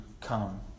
come